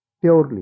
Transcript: Purely